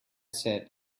said